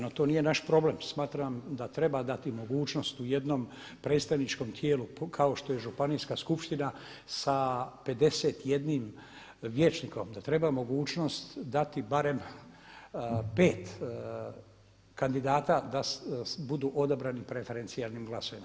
No to nije naš problem, smatram da treba dati mogućnost u jednom predstavničkom tijelu kao što je županijska skupština sa 51 vijećnikom da treba mogućnost dati barem pet kandidata da budu odabrani preferencijalnim glasovima.